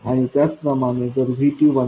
आणि त्याचप्रमाणे जर VT 1